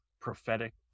prophetic